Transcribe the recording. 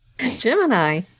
Gemini